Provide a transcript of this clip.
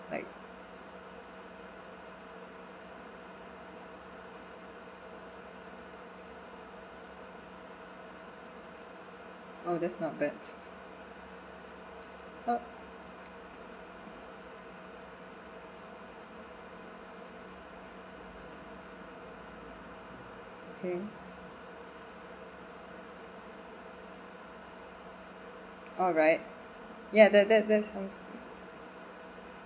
like oh that's not bad oh okay alright ya that that that sounds good